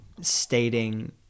stating